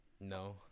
No